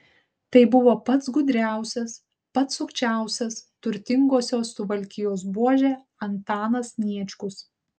tai buvo pats gudriausias pats sukčiausias turtingosios suvalkijos buožė antanas sniečkus